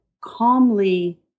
calmly